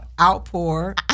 outpour